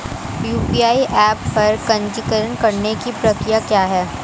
UPI app पर पंजीकरण करने की प्रक्रिया क्या है?